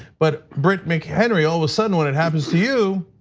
but brit mchenry all of a sudden when it happens to you,